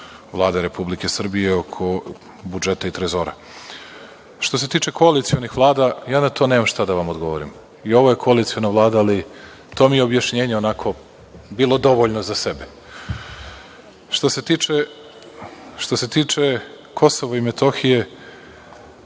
Vlade Republike Srbije oko budžeta i trezora. Što se tiče koalicionih vlada, ja na to nemam šta da vam odgovorim. I ovo je koaliciona Vlada, ali to mi je objašnjenje onako bilo dovoljno za sebe. Što se tiče Kosova i Metohije,